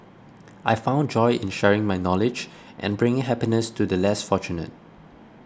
I found joy in sharing my knowledge and bringing happiness to the less fortunate